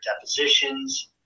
depositions